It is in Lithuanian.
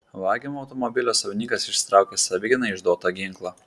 vagiamo automobilio savininkas išsitraukė savigynai išduotą ginklą